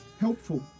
Helpful